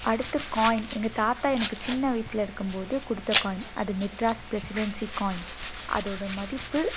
அடுத்து காயின் எங்கள் தாத்தா எனக்கு சின்ன வயிசில் இருக்கும்போது கொடுத்த காயின் அது மெட்ராஸ் பிரசிடென்சி காயின் அதோட மதிப்பு